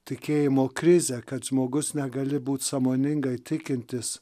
tikėjimo krizę kad žmogus negali būt sąmoningai tikintis